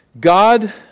God